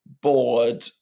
bored